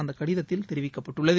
அந்தக் கடிதத்தில் தெரிவிக்கப்பட்டுள்ளது